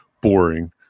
Boring